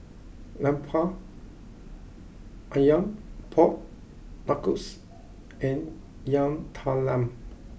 Lemper Ayam Pork Knuckles and Yam Talam